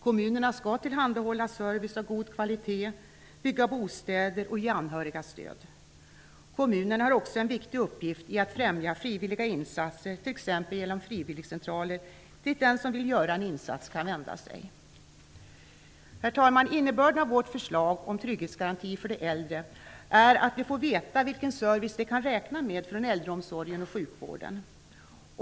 Kommunerna skall tillhandahålla service av god kvalitet, bygga bostäder och ge anhöriga stöd. Kommunerna har också en viktig uppgift i att främja frivilliga insatser, t.ex. genom frivilligcentraler dit den som vill göra en insats kan vända sig. Herr talman! Innebörden av vårt förslag om trygghetsgaranti för de äldre är att de får veta vilken service de kan räkna med från äldreomsorgen och sjukvården.